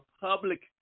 public